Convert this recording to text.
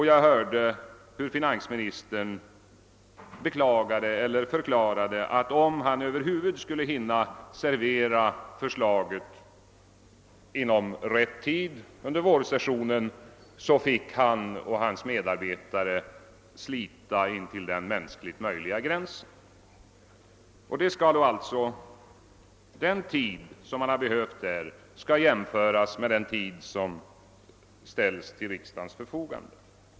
Jag hörde hur finansministern förklarade, att om han över huvud taget skulle hinna få fram förslaget i rätt tid under vårsessionen finge han och hans medarbetare slita intill den mänskligt möjliga gränsen. Den tid som man behövt där skall jämföras med den tid som ställts till riksdagens förfogande.